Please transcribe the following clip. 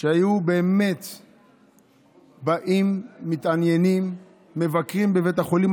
שהיו באים, מתעניינים, מבקרים בבית החולים.